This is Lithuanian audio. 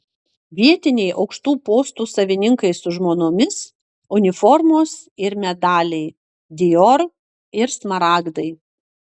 vietiniai aukštų postų savininkai su žmonomis uniformos ir medaliai dior ir smaragdai